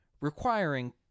requiring